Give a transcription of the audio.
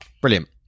Brilliant